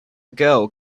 girl